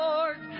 Lord